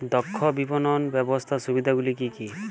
দক্ষ বিপণন ব্যবস্থার সুবিধাগুলি কি কি?